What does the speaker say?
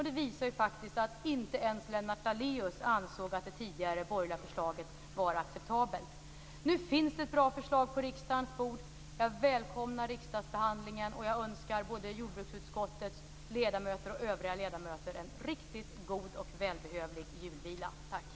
Det visade ju faktiskt att inte ens Lennart Daléus ansåg att det tidigare, borgerliga förslaget var acceptabelt. Nu finns det ett bra förslag på riksdagens bord. Jag välkomnar riksdagsbehandlingen, och jag önskar både jordbruksutskottets ledamöter och övriga ledamöter en riktigt god och välbehövlig julvila. Tack.